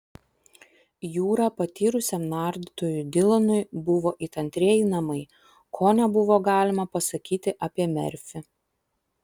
jūra patyrusiam nardytojui dilanui buvo it antrieji namai ko nebuvo galima pasakyti apie merfį